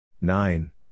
Nine